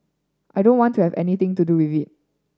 I don't want to have anything to do with it